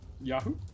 Yahoo